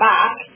Back